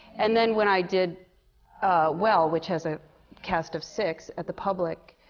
and then when i did well, which has a cast of six, at the public,